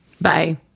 Bye